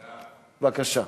בבקשה,